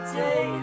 day